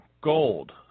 gold